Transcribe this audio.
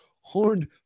Horned